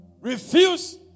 Refuse